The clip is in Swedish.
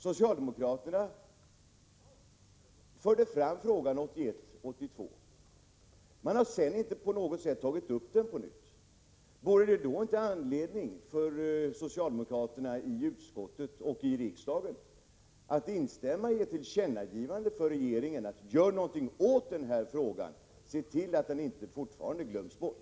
Socialdemokraterna förde fram frågan 1981/82 men har sedan inte på något sätt tagit upp den på nytt. Vore det inte anledning för socialdemokraterna i utskottet och i riksdagen att instämma i ett tillkännagivande för regeringen att man önskar att någonting görs åt den här frågan? Se till att den inte alltjämt glöms bort!